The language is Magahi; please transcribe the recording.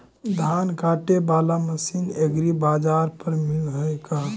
धान काटे बाला मशीन एग्रीबाजार पर मिल है का?